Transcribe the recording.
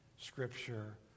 Scripture